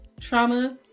trauma